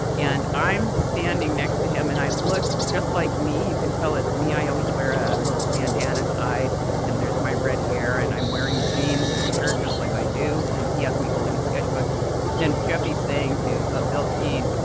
and i'm standing next to him and i look just like me. you can tell it's me. i always wear a little bandanna tied and there's my red hair and i'm wearing jeans and a shirt just like i do. and he has me holding a sketchbook and jeffie saying to a bilkin,